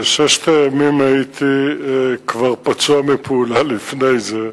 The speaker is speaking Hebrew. בששת הימים הייתי כבר פצוע מפעולה לפני זה.